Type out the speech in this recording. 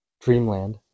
dreamland